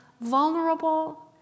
vulnerable